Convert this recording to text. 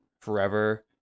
forever